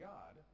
God